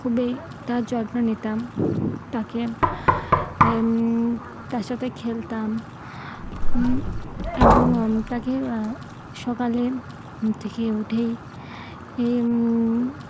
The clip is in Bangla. খুবই তার যত্ন নিতাম তাকে তার সাথে খেলতাম এবং তাকে সকালে ঘুম থেকে উঠেই এই